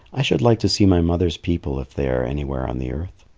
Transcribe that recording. i should like to see my mother's people if they are anywhere on the earth.